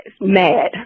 mad